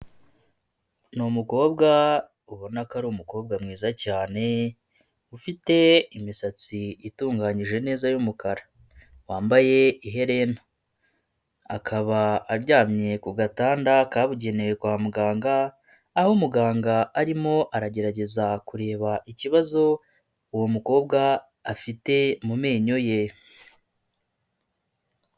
Ni umukobwa ubona ko ari umukobwa mwiza cyane, ufite imisatsi itunganyije neza y'umukara wambaye iherena, akaba aryamye ku gatanda kabugenewe kwa muganga, aho umuganga arimo aragerageza kureba ikibazo uwo mukobwa afite mu menyo ye.